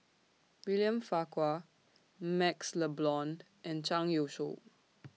William Farquhar MaxLe Blond and Zhang Youshuo